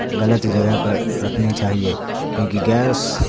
غلط جگہ پر رکھنی چاہیے کیوںکہ گیس